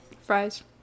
Fries